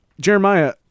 Jeremiah